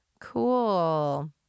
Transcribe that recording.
cool